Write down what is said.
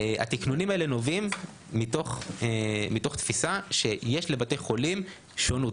התקנונים האלה נובעים מתוך תפיסה שיש לבתי החולים שונות.